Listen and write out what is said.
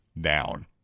down